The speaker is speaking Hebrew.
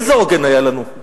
איזה עוגן היה לנו?